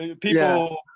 People